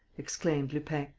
exclaimed lupin.